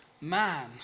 man